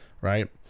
Right